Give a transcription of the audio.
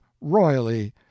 royally